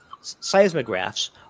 seismographs